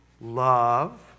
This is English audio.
love